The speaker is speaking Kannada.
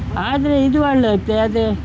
ಆದರೆ ಇದು ಒಳ್ಳೆದು ಅದೇ